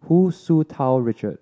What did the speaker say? Hu Tsu Tau Richard